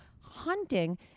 hunting